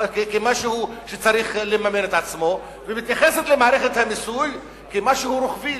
כמשהו שצריך לממן את עצמו ומתייחסת למערכת המיסוי כמשהו רוחבי.